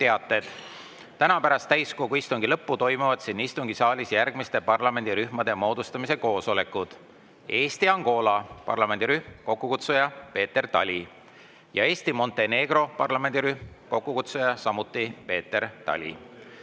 Täna pärast täiskogu istungi lõppu toimuvad siin istungisaalis järgmiste parlamendirühmade moodustamise koosolekud: Eesti-Angola parlamendirühm, kokkukutsuja Peeter Tali; Eesti-Montenegro parlamendirühm, kokkukutsuja samuti Peeter Tali.